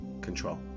control